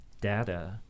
data